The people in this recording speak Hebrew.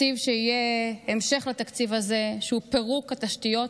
תקציב שיהיה המשך לתקציב הזה, שהוא פירוק התשתיות